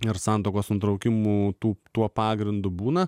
ir santuokos nutraukimu tų tuo pagrindu būna